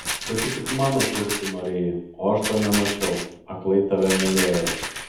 bet tu tik mano turtų norėjai o aš to nemačiau aklai tave mylėjau